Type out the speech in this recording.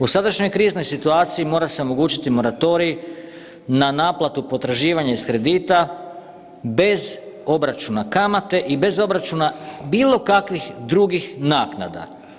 U sadašnjoj kriznoj situaciji mora se omogućiti moratorij na naplatu potraživanja iz kredita bez obračuna kamate i bez obračuna bilo kakvih drugih naknada.